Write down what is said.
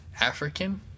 African